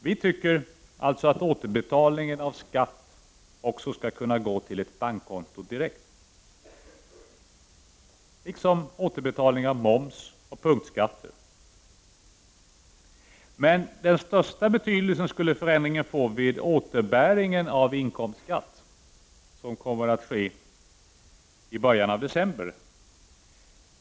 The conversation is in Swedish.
Vi anser också att återbetalning av skatt skall kunna gå direkt till ett bankkonto liksom återbetalning av moms och punktskatter. Men den största betydelsen skulle förändringen få vid återbäring av inkomstskatt som kommer att ske i början av december.